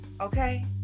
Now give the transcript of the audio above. Okay